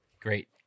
Great